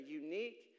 unique